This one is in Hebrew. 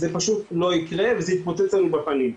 זה פשוט לא יקרה וזה יתפוצץ לנו בפנים.